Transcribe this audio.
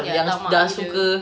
yang tamak gila